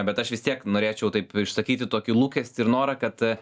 bet aš vis tiek norėčiau taip išsakyti tokį lūkestį ir norą kad